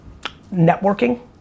Networking